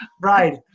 Right